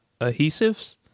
adhesives